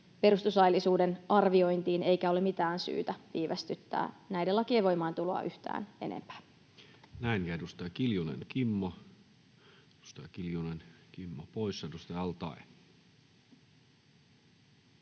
perustuslaillisuuden arviointiin eikä ole mitään syytä viivästyttää näiden lakien voimaantuloa yhtään enempää. Näin. — Ja edustaja Kimmo Kiljunen, edustaja Kimmo Kiljunen poissa. — Edustaja al-Taee.